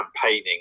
campaigning